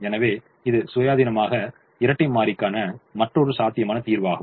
எனவே இது சுயாதீனமாக இரட்டைமாறிக்கான மற்றொரு சாத்தியமான தீர்வாகும்